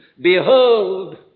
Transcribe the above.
behold